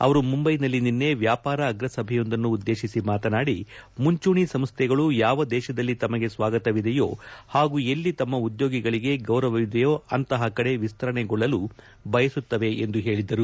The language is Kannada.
ಅವರು ಮುಂಬೈನಲ್ಲಿ ನಿನ್ನೆ ವ್ಯಾಪಾರ ಅಗ್ರ ಸಭೆಯೊಂದನ್ನು ಉದ್ದೇತಿಸಿ ಮಾತನಾಡಿ ಮುಂಚೂಣಿ ಸಂಸ್ಟೆಗಳು ಯಾವ ದೇಶದಲ್ಲಿ ತಮಗೆ ಸ್ವಾಗತವಿದೆಯೋ ಹಾಗೂ ಎಲ್ಲಿ ತಮ್ಮ ಉದ್ಯೋಗಿಗಳಗೆ ಗೌರವವಿದೆಯೊ ಅಂತಹ ಕಡೆಗೆ ವಿಸ್ತರಣೆಗೊಳ್ಳಲು ಬಯಸುತ್ತವೆ ಎಂದು ಹೇಳಿದರು